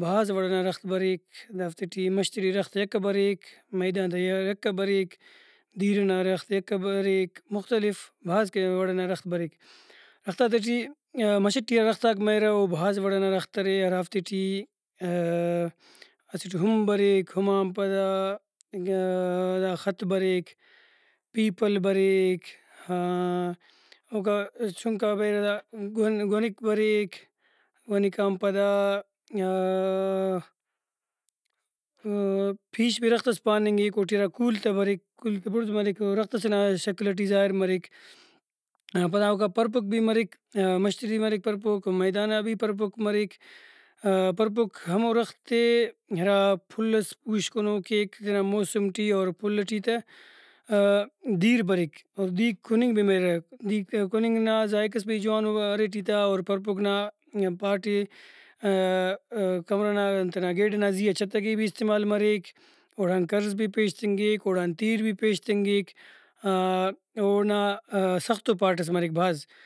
بھاز وڑ ئنا رخت بریک دافتے ٹی مش تے ٹی رخت یکہ بریک میدان تیا یکہ بریک دیر ئنا رخت بریک مختلف بھاز کہ ارے وڑئنارخت بریک رختاتے ٹی مش ٹی ہرا رختاک مریرہ او بھاز وڑ ئنا رخت ارے ہرافتے ٹی اسٹ ہم بریک ہم آن پدا ہرا خط بریک پیپل بریک اوکا چُنکا بریرہ گؤن گؤنک بریک گؤنک آن پدا پیش بھی رخت ئس پاننگک اوٹی ہرا کول تہ بریک کول تہ بُڑز مریک او رخت سے نا شکل ٹی ظاہر مریک پدا اوکا پر پُک بھی مریک مش تے ٹی مریک پرپک میدانا بھی پرپک مریک پرپک ہمو رختے ہرا پھل ئس پوشکنو کیک تینا موسم ٹی اور پھل ٹی تہ دیر بریک اور دیرک کُننگ بھی مریرہ دیرک کُننگ نا ذائقس بھی جوانو ارے ٹی تہ اور پر پُک نا پاٹے کمرہ نا انت نا گیڈ ئنا زیہا چھت کہ بھی استعمال مریک اوڑان کرز بھی پیشتنگک اوڑان تیر بھی پیشتنگک اونا سختو پاٹ ئس مریک بھاز